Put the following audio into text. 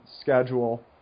schedule